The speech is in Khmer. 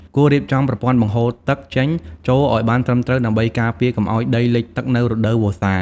គួររៀបចំប្រព័ន្ធបង្ហូរទឹកចេញចូលឱ្យបានត្រឹមត្រូវដើម្បីការពារកុំឱ្យដីលិចទឹកនៅរដូវវស្សា។